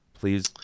Please